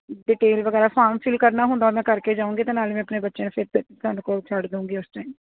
detail ਵਗੈਰਾ form fill ਕਰਨਾ ਹੁੰਦਾ ਮੈਂ ਕਰਕੇ ਜਾਊਂਗੀ ਤੇ ਨਾਲੇ ਮੈਂ ਆਪਣੇ ਬੱਚੇ ਨੂੰ ਤੁਹਾਡੇ ਕੋਲ ਛੱਡ ਦੇਊਂਗੀ ਉਸ ਟਾਈਮ